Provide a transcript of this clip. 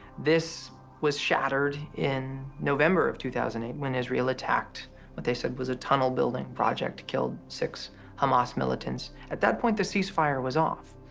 this was shattered in november of two thousand and eight when israel attacked what they said was a tunnel building project, killed six hamas militants. at that point the ceasefire was off.